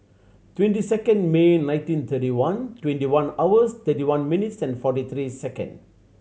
twenty second May nineteen thirty one twenty one hours thirty one minutes and forty three second